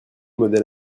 modèle